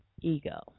ego